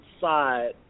side